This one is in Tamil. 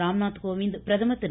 ராம்நாத்கோவிந்த் பிரதமர் திரு